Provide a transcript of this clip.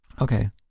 Okay